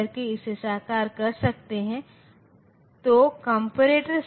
इसी प्रकार कई अन्य गेट्स हैं एक गेट् जिसे OR गेट् कहा जाता है